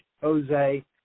Jose